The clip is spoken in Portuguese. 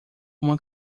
uma